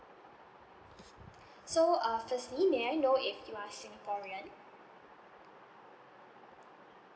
so uh firstly may I know if you are singaporean